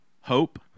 hope